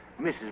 Mrs